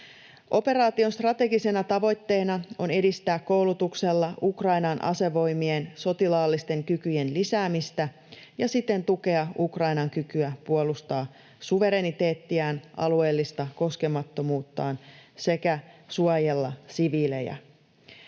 Operaation strategisena tavoitteena on edistää koulutuksella Ukrainan asevoimien sotilaallisten kykyjen lisäämistä ja siten tukea Ukrainan kykyä puolustaa suvereniteettiaan ja alueellista koskemattomuuttaan sekä suojella siviilejä.